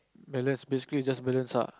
balance basically just balance ah